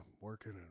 working